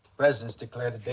residents declared a day